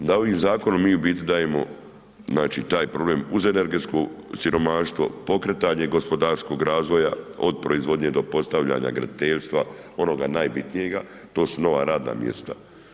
Da ovim zakonom mi u biti dajemo, znači taj problem uz energetsko siromaštvo, pokretanje gospodarskog razvoja od proizvodnje do postavljanja graditeljstva, onoga najbitnijega, to su nova radna mjesta.